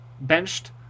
benched